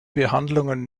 behandlungen